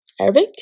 Arabic